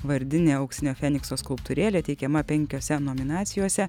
vardinė auksinio fenikso skulptūrėlė teikiama penkiose nominacijose